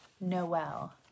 Noel